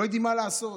לא יודעים מה לעשות.